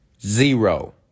Zero